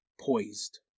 poised